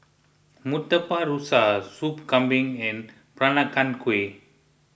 Murtabak Rusa Sop Kambing and Peranakan Kueh